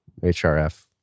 HRF